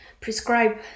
prescribe